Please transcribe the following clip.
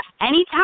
anytime